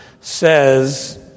says